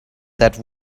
that